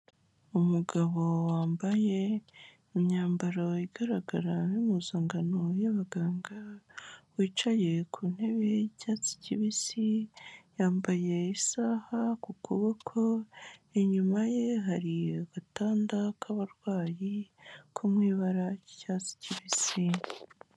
Umugabo wambaye imyambaro igaragara nk'impimpuzankano y'abaganga, wicaye ku ntebe y'icyatsi kibisi yambaye isaha ku kuboko, inyuma ye hari agatanda k'abarwayi ko mu ibara ry'icyatsi kibisi.